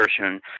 version